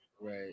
Right